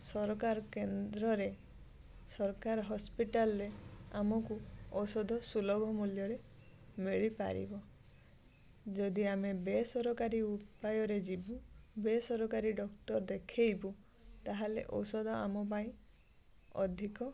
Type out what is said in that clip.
ସରକାର କେନ୍ଦ୍ରରେ ସରକାର ହସ୍ପିଟାଲରେ ଆମୁକୁ ଔଷଧ ସୁଲଭ ମୂଲ୍ୟରେ ମିଳିପାରିବ ଯଦି ଆମେ ବେସରକାରୀ ଉପାୟରେ ଯିବୁ ବେସରକାରୀ ଡକ୍ଟର ଦେଖେଇବୁ ତାହେଲେ ଔଷଧ ଆମ ପାଇଁ ଅଧିକ